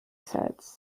sets